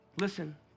Listen